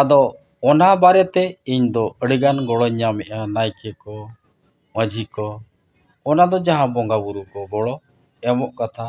ᱟᱫᱚ ᱚᱱᱟ ᱵᱟᱨᱮᱛᱮ ᱤᱧᱫᱚ ᱟᱹᱰᱤᱜᱟᱱ ᱜᱚᱲᱚᱧ ᱧᱟᱢᱮᱫᱼᱟ ᱱᱟᱭᱠᱮ ᱠᱚ ᱢᱟᱹᱡᱷᱤ ᱠᱚ ᱚᱱᱟ ᱫᱚ ᱡᱟᱦᱟᱸ ᱵᱚᱸᱜᱟᱼᱵᱩᱨᱩ ᱠᱚ ᱜᱚᱲᱚ ᱮᱢᱚᱜ ᱠᱟᱛᱷᱟ